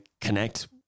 connect